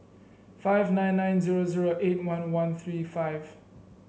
five nine nine zero zero eight one one three five